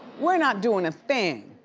we're not doing a thing,